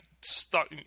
stuck